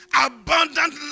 abundant